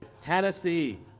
Tennessee